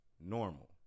normal